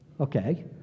Okay